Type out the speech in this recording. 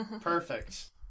Perfect